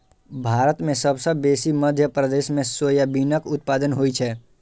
भारत मे सबसँ बेसी मध्य प्रदेश मे सोयाबीनक उत्पादन होइ छै